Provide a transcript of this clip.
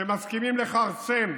שמסכימים לכרסם,